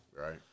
Right